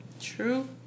True